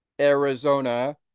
Arizona